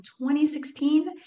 2016